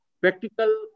Practical